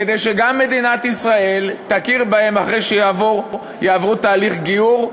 כדי שגם מדינת ישראל תכיר בהם אחרי שיעברו תהליך גיור,